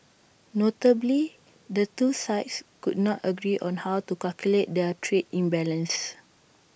notably the two sides could not agree on how to calculate their trade imbalance